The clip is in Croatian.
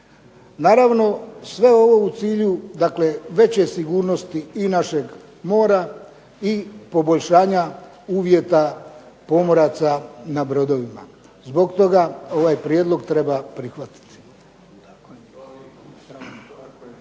Naravno, sve ovo u cilju, dakle veće sigurnosti i našeg mora i poboljšanja uvjeta pomoraca na brodovima. Zbog toga ovaj prijedlog treba prihvatiti.